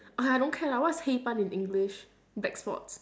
ah don't care lah what's 黑斑 in english black spots